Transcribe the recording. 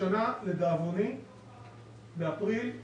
השנה לדאבוני באפריל,